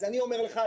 אז אני אומר לך,